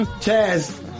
Cheers